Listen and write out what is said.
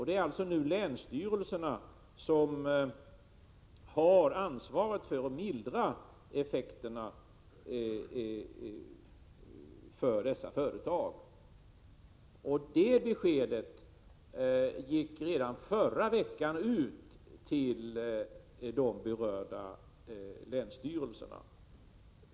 Det är alltså länsstyrelserna som nu har ansvaret för att mildra effekterna för dessa företag. Det beskedet gick redan förra veckan ut till de berörda länsstyrelserna.